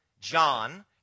John